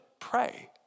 pray